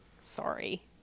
Sorry